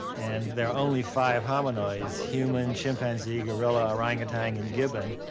and there are only five hominoids, human, chimpanzee, gorilla, orangutan, and gibbon.